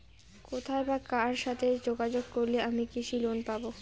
কোথায় বা কার সাথে যোগাযোগ করলে আমি কৃষি লোন পাব?